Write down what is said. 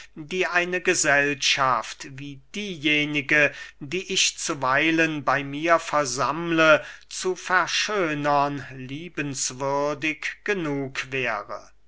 die eine gesellschaft wie diejenige die ich zuweilen bey mir versammle zu verschönern liebenswürdig genug wäre